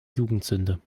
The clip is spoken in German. jugendsünde